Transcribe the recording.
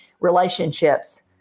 relationships